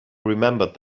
remembered